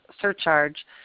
surcharge